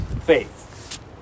faith